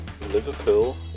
Liverpool